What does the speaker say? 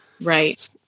Right